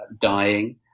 dying